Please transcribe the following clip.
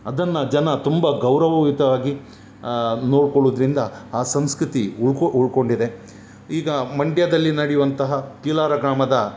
ಅದನ್ನು ಜನ ತುಂಬ ಗೌರವಯುತವಾಗಿ ನೋಡ್ಕೊಳ್ಳೋದ್ರಿಂದ ಆ ಸಂಸ್ಕೃತಿ ಉಳ್ಕೊ ಉಳ್ಕೊಂಡಿದೆ ಈಗ ಮಂಡ್ಯದಲ್ಲಿ ನಡಿಯುವಂತಹ ಕೀಲಾರ ಗ್ರಾಮದ